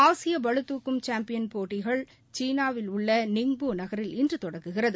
ஆசிய பளுதூக்கும் சாம்பியன் போட்டிகள் சீனாவில் உள்ள நிங்போ நகரில் இன்று தொடங்குகிறது